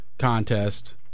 contest